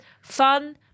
fun